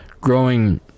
growing